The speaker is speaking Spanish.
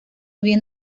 bien